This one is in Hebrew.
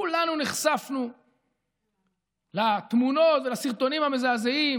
כולנו נחשפנו לתמונות ולסרטונים המזעזעים